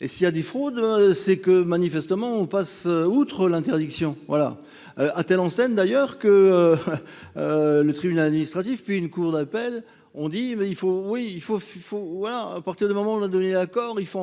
Et s'il y a des fraudes, c'est que manifestement on passe outre l'interdiction. A telle enceinte d'ailleurs que le tribunal administratif, puis une cour d'appel, ont dit qu'il faut en